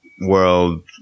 world